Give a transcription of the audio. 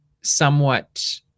somewhat